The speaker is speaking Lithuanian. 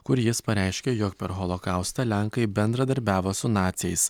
kur jis pareiškė jog per holokaustą lenkai bendradarbiavo su naciais